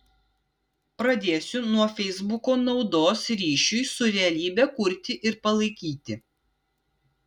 pradėsiu nuo feisbuko naudos ryšiui su realybe kurti ir palaikyti